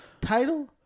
Title